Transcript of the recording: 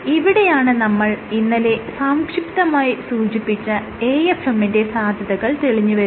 ഇവിടെയാണ് നമ്മൾ ഇന്നലെ സംക്ഷിപ്തമായി സൂചിപ്പിച്ച AFM ന്റെ സാധ്യതകൾ തെളിഞ്ഞ് വരുന്നത്